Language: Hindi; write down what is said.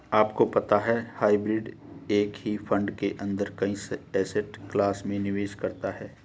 आपको पता है हाइब्रिड एक ही फंड के अंदर कई एसेट क्लास में निवेश करता है?